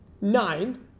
Nine